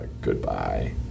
goodbye